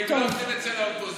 כי הם לא עובדים אצל האופוזיציה.